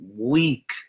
weak